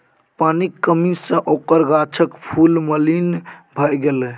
पानिक कमी सँ ओकर गाछक फूल मलिन भए गेलै